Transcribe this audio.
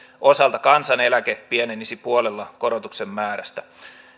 osalta kansaneläke pienenisi puolella korotuksen määrästä